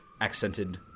accented